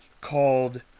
called